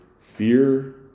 fear